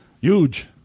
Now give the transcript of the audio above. Huge